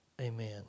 Amen